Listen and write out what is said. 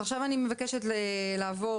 עכשיו אני מבקשת לעבור